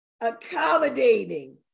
Accommodating